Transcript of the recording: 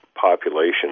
population